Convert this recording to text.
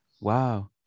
Wow